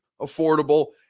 affordable